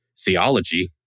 theology